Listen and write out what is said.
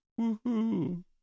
Woohoo